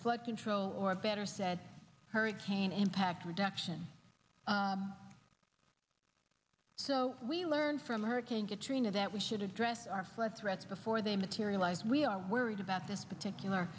flood control or better said hurricane impact reduction so we learned from hurricane katrina that we should address our flood threats before they materialize we are worried about this particular